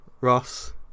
Ross